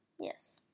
Yes